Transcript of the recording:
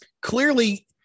Clearly